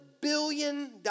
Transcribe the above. billion